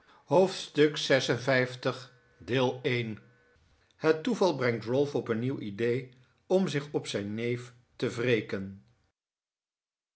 hoofdstuk lvi het toeval brengt ralph op een nieuw idee om zich op zijn neef te